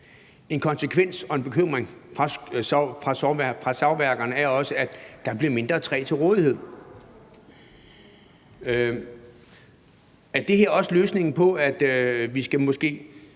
En konsekvens og en bekymring fra savværkerne er også, at der bliver mindre træ til rådighed. Er det her også løsningen, altså at vi måske